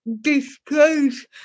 disclose